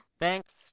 thanks